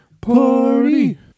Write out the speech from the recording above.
party